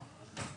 נכון.